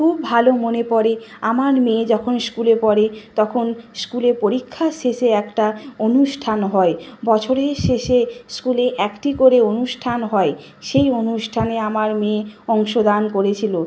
খুব ভালো মনে পড়ে আমার মেয়ে যখন স্কুলে পড়ে তখন স্কুলে পরীক্ষার শেষে একটা অনুষ্ঠান হয় বছরের শেষে স্কুলে একটি করে অনুষ্ঠান হয় সেই অনুষ্ঠানে আমার মেয়ে অংশ দান করেছিল